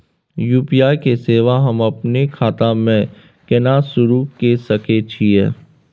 UPI के सेवा हम अपने खाता म केना सुरू के सके छियै?